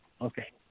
Okay